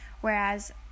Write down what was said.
Whereas